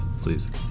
please